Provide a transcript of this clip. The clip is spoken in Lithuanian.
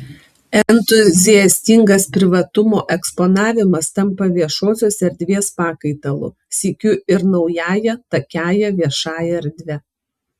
entuziastingas privatumo eksponavimas tampa viešosios erdvės pakaitalu sykiu ir naująją takiąja viešąja erdve